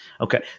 Okay